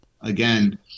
again